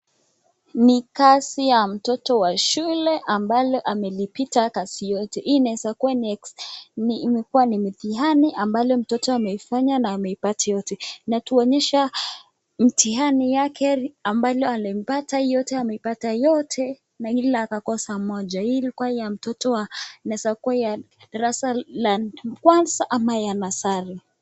Ni kazi ya mtoto wa shule ambalo amepita kazi yote. Inaweza kuwa ni mitihani ambalo mtoto amefanya na ameipata yote. Inatuonyesha mtihani yake ambalo alipata yote, ameipata yote, ila akakosa moja. Hii ilikuwa ya mtoto wa inaweza kuwa ya darasa la kwanza ama ya nasari.